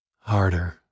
Harder